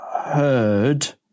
heard